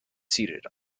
seated